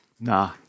Nah